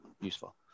useful